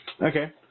Okay